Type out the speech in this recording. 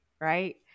Right